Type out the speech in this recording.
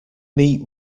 neat